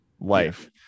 Life